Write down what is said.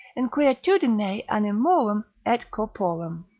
inquietudine animorum et corporum